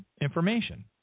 information